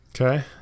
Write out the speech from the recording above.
okay